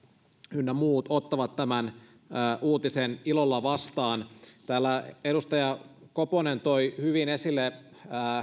ynnä muut ottavat tämän uutisen ilolla vastaan täällä edustaja koponen toi hyvin esille